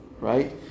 right